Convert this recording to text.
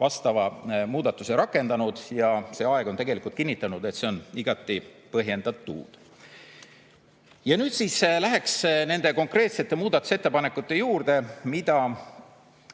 vastava muudatuse rakendanud ja aeg on kinnitanud, et see on igati põhjendatud. Ja nüüd lähen nende konkreetsete muudatusettepanekute juurde, mis